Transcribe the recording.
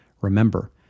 remember